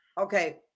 okay